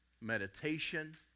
meditation